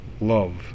love